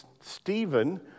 Stephen